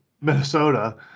Minnesota